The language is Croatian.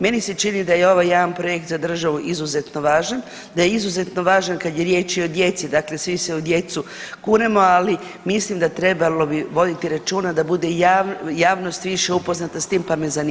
Meni se čini da je ovaj jedan projekt za državu izuzetno važan, da je izuzetno važan kad je riječ i o djeci dakle svi se u djecu kunemo, ali mislim da trebalo bi voditi računa da bude javnost više upoznata s tim pa me zanima vaš odgovor.